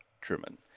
Truman